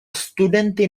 studenty